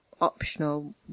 optional